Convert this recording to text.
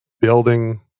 building